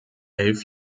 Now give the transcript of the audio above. elf